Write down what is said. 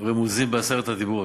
רמוזות בעשרת הדיברות.